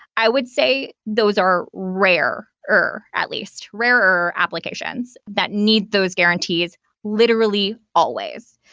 i would say those are rare, or at least rarer applications that need those guarantees literally always.